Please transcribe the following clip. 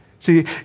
See